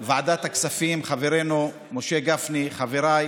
יושב-ראש ועדת הכספים חברנו משה גפני, חבריי